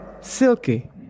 Silky